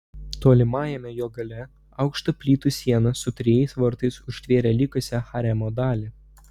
tolimajame jo gale aukšta plytų siena su trejais vartais užtvėrė likusią haremo dalį